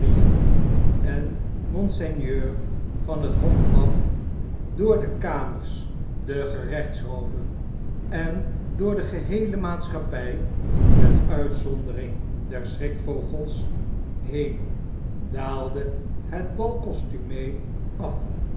en monseigneur en het hot af door de earners de gerechtshoven en door de geheele maatschappg met uitzondering der schrikvogels heen daalde het bal costume af